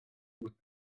out